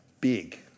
big